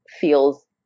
feels